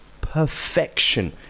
Perfection